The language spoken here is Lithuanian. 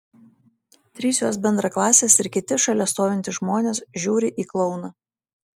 trys jos bendraklasės ir kiti šalia stovintys žmonės žiūri į klouną